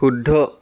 শুদ্ধ